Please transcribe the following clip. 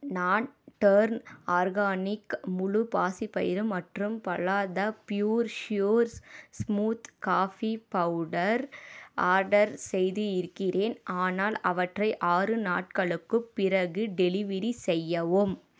நான் turn organic முழு பாசிப்பயிறு மற்றும் பலாதா pure sure smooth coffee powder order செய்து இருக்கிறேன் ஆனால் அவற்றை ஆறு நாட்களுக்குப் பிறகு டெலிவெரி செய்யவும்